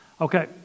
Okay